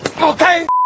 okay